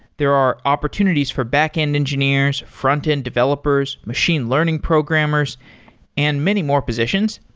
there are opportunities for backend engineers, frontend developers, machine learning programmers and many more positions.